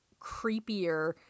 creepier